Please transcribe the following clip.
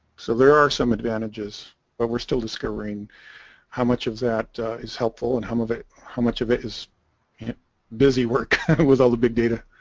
so there are some advantages but we're still discovering how much of that is helpful and home of it how much of it is it busy work with all the big data